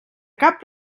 cap